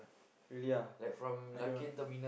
really ah I don't